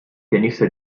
pianista